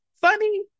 funny